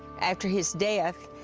after his death,